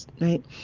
right